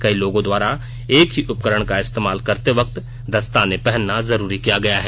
कई लोगों द्वारा एक ही उपकरण का इस्तेमाल करते वक्त दस्ताने पहनना जरूरी किया गया है